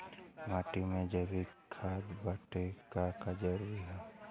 माटी में जैविक खाद बदे का का जरूरी ह?